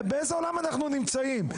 באיזה עולם אנחנו נמצאים?